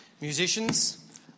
Musicians